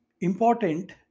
important